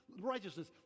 righteousness